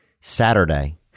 Saturday